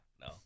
No